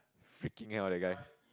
freaking ill the guy